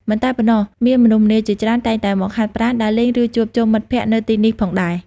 មិនតែប៉ុណ្ណោះ មានមនុស្សម្នាជាច្រើនតែងតែមកហាត់ប្រាណ ដើរលេង ឬជួបជុំមិត្តភក្តិនៅទីនេះផងដែរ។